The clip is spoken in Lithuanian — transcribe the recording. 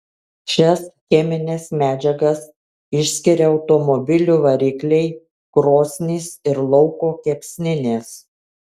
šias chemines medžiagas išskiria automobilių varikliai krosnys ir lauko kepsninės